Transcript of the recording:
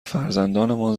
فرزندانمان